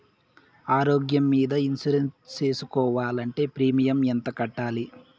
ఆరోగ్యం మీద ఇన్సూరెన్సు సేసుకోవాలంటే ప్రీమియం ఎంత కట్టాలి?